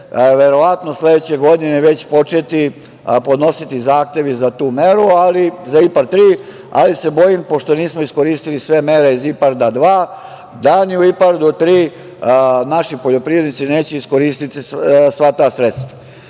verovatno sledeće godine već početi podnositi zahtevi za tu meru, ali se bojim, pošto nismo iskoristili sve mere iz IPARD-a 2, da ni u IPARD-u 3 naši poljoprivrednici neće iskoristiti sva ta sredstva. Meni